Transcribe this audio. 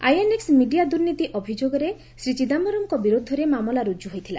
INX media ଦୁର୍ନୀତି ଅଭିଯୋଗରେ ଶ୍ରୀ ଚିଦାମ୍ଘରମ୍ଙ୍କ ବିରୁଦ୍ଧରେ ମାମଲା ରୁକୁ ହୋଇଥିଲା